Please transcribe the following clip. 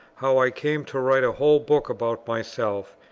how i came to write a whole book about myself,